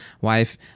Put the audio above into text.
wife